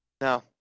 No